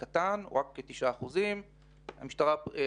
עומד על 9% בלבד מכלל האירועים המתרחשים.